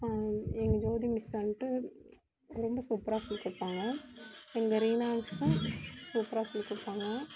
எங்கள் ஜோதி மிஸ் வந்துட்டு ரொம்ப சூப்பராக சொல்லிக் கொடுப்பாங்க எங்கள் ரீனா மிஸ்ஸும் சூப்பராக சொல்லிக் கொடுப்பாங்க